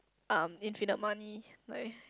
um infinite money like